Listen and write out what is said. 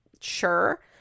Sure